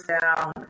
down